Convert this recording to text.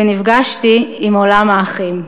ונפגשתי עם עולם האחים.